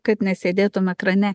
kad nesėdėtum ekrane